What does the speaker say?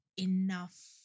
enough